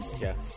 Yes